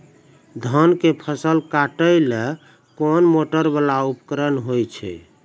धान के फसल काटैले कोन मोटरवाला उपकरण होय छै?